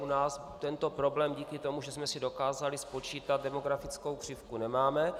U nás tento problém díky tomu, že jsme si dokázali spočítat demografickou křivku, nemáme.